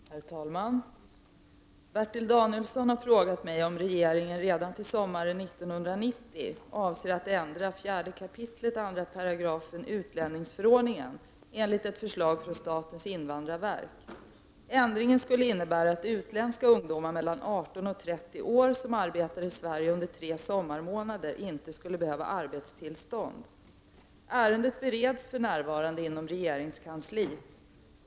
Herr talman! Bertil Danielsson har frågat mig om regeringen redan till sommaren 1990 avser att ändra 4 kap. 2§ utlänningsförordningen enligt ett förslag från statens invandrarverk. Ändringen skulle innebära att utländska ungdomar mellan 18 och 30 år som arbetar i Sverige under tre sommarmånader inte skulle behöva arbetstillstånd. Ärendet bereds för närvarande inom regeringskansliet.